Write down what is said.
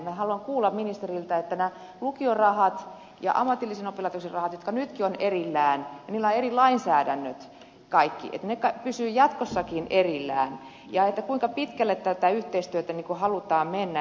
minä haluan kuulla ministeriltä että lukiorahat ja ammatillisen oppilaitoksen rahat jotka nytkin ovat erillään ja joilla on eri lainsäädännöt pysyvät jatkossakin erillään ja kuinka pitkälle tässä yhteistyössä halutaan mennä